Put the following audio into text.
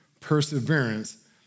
Perseverance